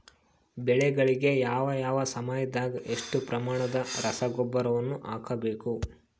ಬೆಳೆಗಳಿಗೆ ಯಾವ ಯಾವ ಸಮಯದಾಗ ಎಷ್ಟು ಪ್ರಮಾಣದ ರಸಗೊಬ್ಬರವನ್ನು ಹಾಕಬೇಕು?